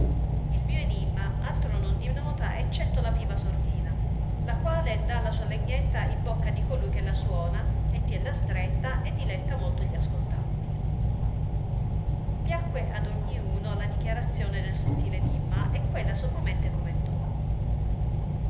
il mio enimma altro non dinota eccetto la piva sordina la quale dà la sua lenguetta in bocca di colui che la suona e tiella stretta e diletta molto gli ascoltanti piacque ad ogni uno la dichiarazione del sottil enimma e quella sommamente comendò